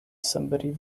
somebody